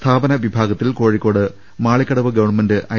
സ്ഥാപന വിഭാഗത്തിൽ Kozhikode Malikkadavu government I